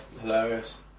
hilarious